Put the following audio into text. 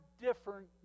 different